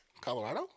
Colorado